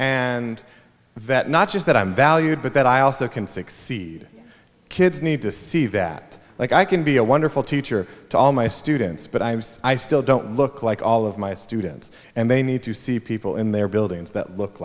that not just that i'm valued but that i also can succeed kids need to see that i can be a wonderful teacher to all my students but i am i still don't look like all of my students and they need to see people in their buildings that look